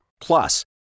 Plus